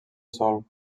sol